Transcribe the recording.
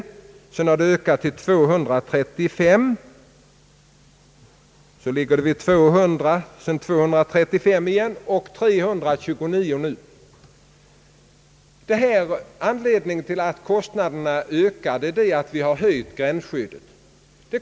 Beloppet har sedan ökat till 235 miljoner, har därefter varit 200, 235 igen och är nu 329 miljoner kronor. Anledningen till att kostnaderna ökar är att vi har höjt gränsskyddet.